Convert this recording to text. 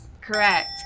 Correct